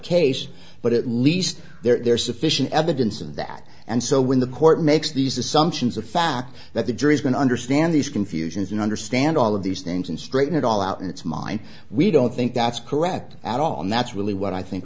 case but at least there's sufficient evidence of that and so when the court makes these assumptions the fact that the jury's going to understand these confusions and understand all of these things and straighten it all out in its mind we don't think that's correct at all and that's really what i think